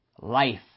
life